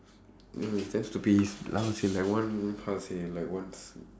no it's damn stupid his lungs is like one how to say like once